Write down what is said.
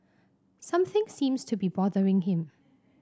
something seems to be bothering him